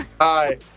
Hi